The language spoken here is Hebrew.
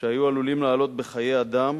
שהיו עלולים לעלות בחיי אדם